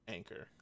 Anchor